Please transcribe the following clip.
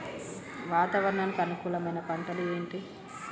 వాతావరణానికి అనుకూలమైన పంటలు ఏంటి?